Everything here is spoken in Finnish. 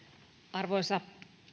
arvoisa